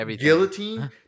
guillotine